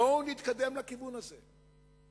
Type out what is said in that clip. בואו נתקדם לכיוון הזה.